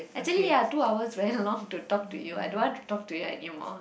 actually ah two hours very long to talk to you I don't want to talk to you anymore